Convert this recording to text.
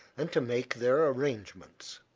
and to make their arrangements.